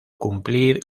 cumplir